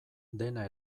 dena